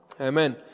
Amen